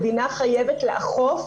המדינה חייבת לאכוף